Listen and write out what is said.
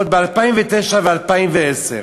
עוד ב-2009 וב-2010.